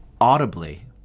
audibly